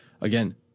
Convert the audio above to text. again